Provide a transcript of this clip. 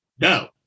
No